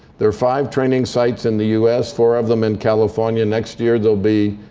there are five training sites in the us, four of them in california. next year, there'll be